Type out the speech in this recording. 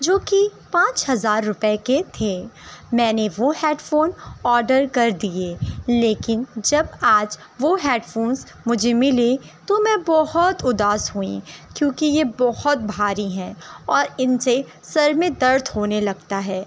جو کہ پانچ ہزار روپیے کے تھے میں نے وہ ہیڈ فون آڈر کر دیے لیکن جب آج وہ ہیڈ فونس مجھے ملے تو میں بہت اداس ہوئیں کیونکہ یہ بہت بھاری ہیں اور ان سے سر میں درد ہونے لگتا ہے